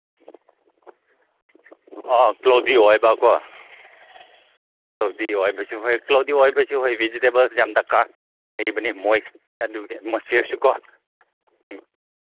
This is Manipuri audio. ꯑꯣ ꯀ꯭ꯂꯥꯎꯗꯤ ꯑꯣꯏꯕꯀꯣ ꯀ꯭ꯂꯥꯎꯗꯤ ꯑꯣꯏꯕꯁꯨ ꯍꯣꯏ ꯀ꯭ꯂꯥꯎꯗꯤ ꯑꯣꯏꯕꯁꯨ ꯍꯣꯏ ꯚꯤꯖꯤꯇꯦꯕꯜꯁ ꯌꯥꯝ ꯗꯔꯀꯥꯔ ꯂꯩꯕꯅꯦ ꯃꯣꯏ ꯑꯗꯨꯒꯤ ꯑꯦꯠꯃꯣꯁꯐꯦꯌꯔꯁꯨ ꯀꯣ ꯎꯝ